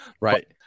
Right